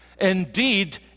indeed